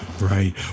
Right